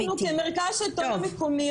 אנחנו כמרכז השלטון המקומי,